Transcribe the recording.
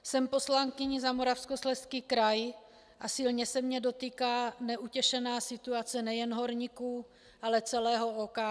Jsem poslankyní za Moravskoslezský kraj a silně se mě dotýká neutěšená situace nejen horníků, ale celého OKD.